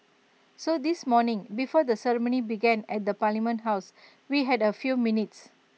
so this morning before the ceremony began at parliament house we had A few minutes